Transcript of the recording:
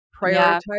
prioritize